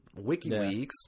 WikiLeaks